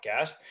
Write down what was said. podcast